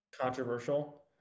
controversial